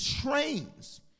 trains